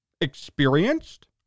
Experienced